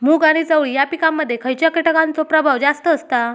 मूग आणि चवळी या पिकांमध्ये खैयच्या कीटकांचो प्रभाव जास्त असता?